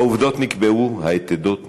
העובדות נקבעו, היתדות נתקעו.